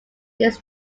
this